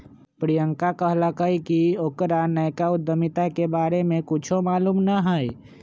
प्रियंका कहलकई कि ओकरा नयका उधमिता के बारे में कुछो मालूम न हई